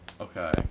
Okay